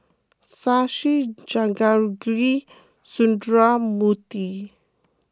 Shashi Jehangirr Sundramoorthy